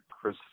Chris